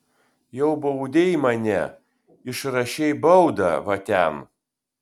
jau baudei mane išrašei baudą va ten